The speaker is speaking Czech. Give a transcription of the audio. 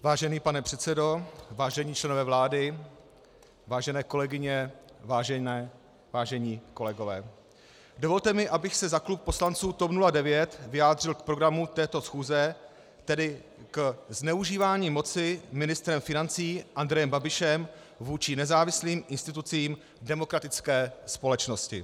Vážený pane předsedo, vážení členové vlády, vážené kolegyně, vážení kolegové, dovolte mi, abych se za klub poslanců TOP 09 vyjádřil k programu této schůze, tedy k zneužívání moci ministrem financí Andrejem Babišem vůči nezávislým institucím v demokratické společnosti.